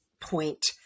point